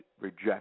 reject